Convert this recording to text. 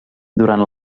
durant